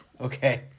okay